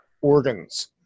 organs